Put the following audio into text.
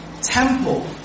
Temple